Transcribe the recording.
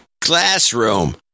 classroom